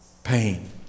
pain